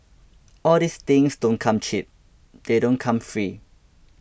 all these things don't come cheap they don't come free